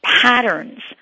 patterns